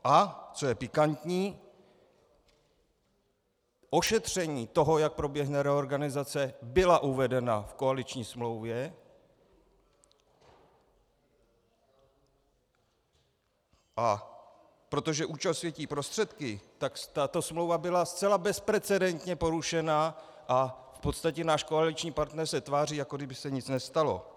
A co je pikantní, ošetření toho, jak proběhne reorganizace, byla uvedena v koaliční smlouvě, a protože účel světí prostředky, tak tato smlouva byla zcela bezprecedentně porušena a v podstatě náš koaliční partner se tváří, jako kdyby se nic nestalo.